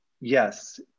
yes